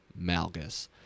malgus